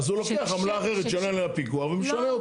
אז הוא לוקח עמלה אחרת שאין עליה פיקוח ומשנה אותה.